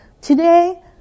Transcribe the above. Today